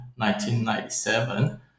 1997